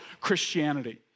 Christianity